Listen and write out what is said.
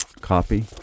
copy